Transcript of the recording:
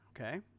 okay